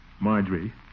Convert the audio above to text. Marjorie